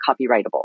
copyrightable